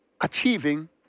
achieving